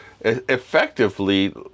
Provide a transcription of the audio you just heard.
effectively